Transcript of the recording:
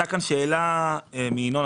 הייתה כאן שאלה מינון,